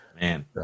Man